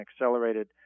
accelerated